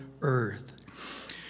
earth